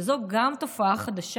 שזו גם תופעה חדשה,